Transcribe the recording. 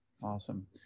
Awesome